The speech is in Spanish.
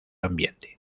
ambiente